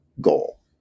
goal